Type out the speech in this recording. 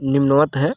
निम्नवत है